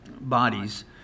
bodies